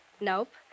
Nope